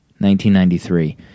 1993